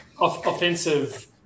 offensive